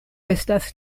estas